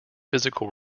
physical